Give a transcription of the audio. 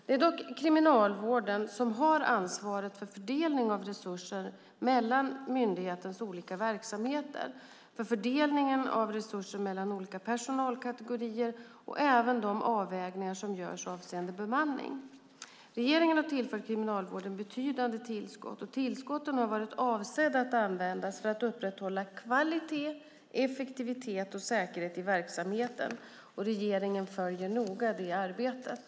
Det är dock Kriminalvården som har ansvaret för fördelningen av resurser mellan myndighetens olika verksamheter, för fördelningen av resurser mellan olika personalkategorier och även för de avvägningar som görs avseende bemanning. Regeringen har tillfört Kriminalvården betydande tillskott. Tillskotten har varit avsedda att användas för att upprätthålla kvalitet, effektivitet och säkerhet i verksamheten. Regeringen följer noga det arbetet.